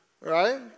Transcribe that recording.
right